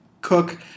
cook